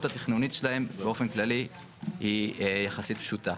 התכנונית שלהן באופן כללי היא יחסית פשוטה.